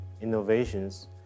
innovations